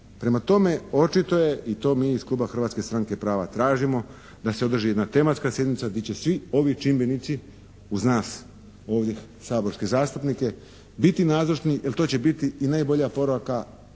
Prema tome, očito je i to mi iz Kluba Hrvatske stranke prava tražimo da se održi jedna tematska sjednica gdje će svi ovi čimbenici uz nas ovdje saborske zastupnike biti nazočni jer to će biti i najbolja poruka